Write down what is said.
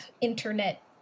internet